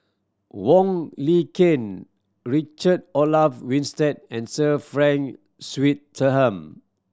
Wong Lin Ken Richard Olaf Winstedt and Sir Frank Swettenham